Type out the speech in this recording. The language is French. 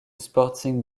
sporting